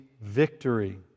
victory